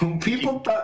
People